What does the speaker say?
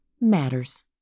matters